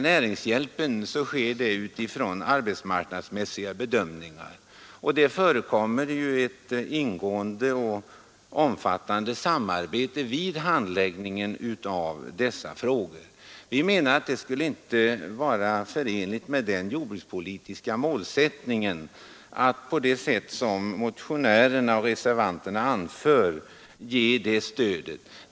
Näringshjälpen ges utifrån bl.a. arbetsmarknadsmässiga bedömningar, och det förekommer ett ingående och omfattande samarbete med berörda organ vid handläggningen av sådana ärenden. Det skulle inte vara förenligt med den jordbrukspolitiska målsättningen att ge det stödet på det sätt som motionärerna och reservanterna föreslår.